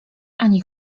ani